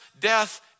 death